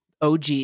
OG